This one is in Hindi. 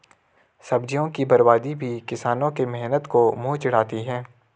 सब्जियों की बर्बादी भी किसानों के मेहनत को मुँह चिढ़ाती है